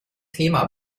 thema